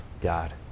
God